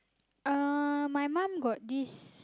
uh my mum got this